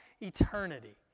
eternity